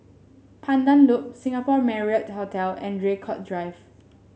Pandan Loop Singapore Marriott Hotel and Draycott Drive